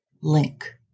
link